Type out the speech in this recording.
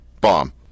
Bomb